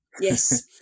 Yes